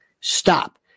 stop